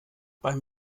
beim